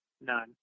none